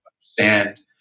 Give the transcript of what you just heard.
understand